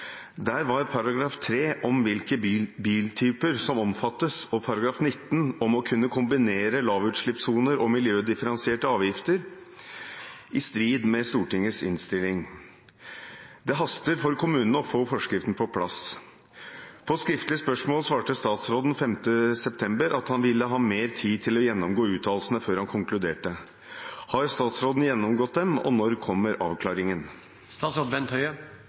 Der var § 3 om biltyper som omfattes, og § 19 om å kunne kombinere lavutslippssoner og miljødifferensierte avgifter i strid med Stortingets innstilling. Det haster for kommunene å få forskriften på plass. På skriftlig spørsmål svarte statsråden 5. september at han ville ha mer tid til å gjennomgå uttalelsene før han konkluderte. Har statsråden gjennomgått dem, og når kommer avklaringen?»